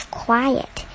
quiet